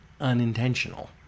unintentional